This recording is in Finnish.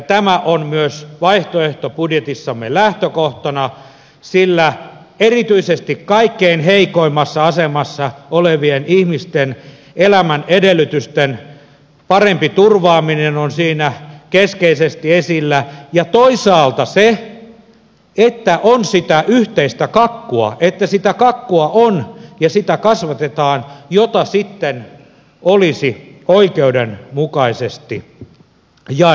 tämä on myös vaihtoehtobudjetissamme lähtökohtana sillä erityisesti kaikkein heikoimmassa asemassa olevien ihmisten elämän edellytysten parempi turvaaminen on siinä keskeisesti esillä ja toisaalta se että on sitä yhteistä kakkua että sitä kakkua on ja sitä kasvatetaan jota sitten olisi oikeudenmukaisesti jaettavissa